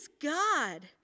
God